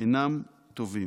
אינם טובים.